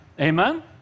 amen